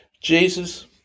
Jesus